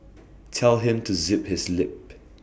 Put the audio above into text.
tell him to zip his lip